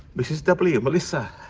mrs w, mellissa